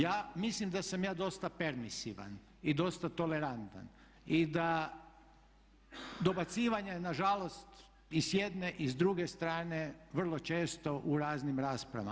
Ja mislim da sam ja dosta permisivan i dosta tolerantan i da dobacivanje na žalost i s jedne i s druge strane vrlo često u raznim raspravama.